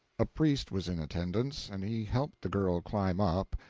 a priest was in attendance, and he helped the girl climb up,